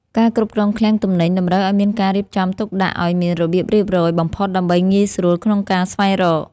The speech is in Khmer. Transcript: ការគ្រប់គ្រងឃ្លាំងទំនិញតម្រូវឱ្យមានការរៀបចំទុកដាក់ឱ្យមានរបៀបរៀបរយបំផុតដើម្បីងាយស្រួលក្នុងការស្វែងរក។